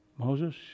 Moses